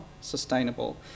sustainable